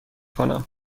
کنم